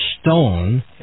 stone